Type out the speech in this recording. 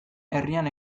herrian